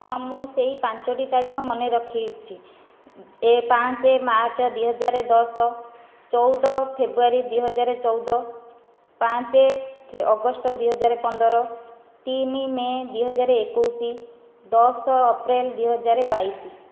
ହଁ ମୁଁ ସେହି ପାଞ୍ଚଟି ତାରିଖ ମନେ ରଖିଛି ଏ ପାଞ୍ଚ ମାର୍ଚ୍ଚ ଦୁଇ ହଜାର ଦଶ ଚଉଦ ଫେବ୍ରୁଆରୀ ଦୁଇହଜାର ଚଉଦ ପାଞ୍ଚ ଫେ ଅଗଷ୍ଟ ଦୁଇହଜାରେ ପନ୍ଦର ତିନି ମେ ଦୁଇହଜାରେ ଏକୋଇଶି ଦଶ ଅପ୍ରେଲ ଦୁଇହଜାରେ ବାଇଶି